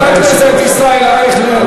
חבר הכנסת ישראל אייכלר,